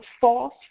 false